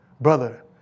brother